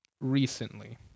recently